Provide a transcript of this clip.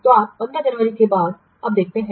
तो आप 15 जनवरी के बाद अब देखते हैं